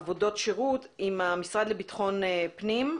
עבודות השירות עם המשרד לביטחון פנים.